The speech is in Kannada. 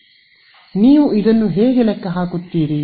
ಆದ್ದರಿಂದ ನೀವು ಇದನ್ನು ಹೇಗೆ ಲೆಕ್ಕ ಹಾಕುತ್ತೀರಿ